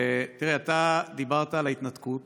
דיברת על ההתנתקות